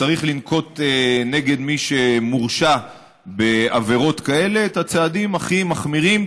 צריך לנקוט נגד מי שמורשע בעבירות כאלה את הצעדים הכי מחמירים,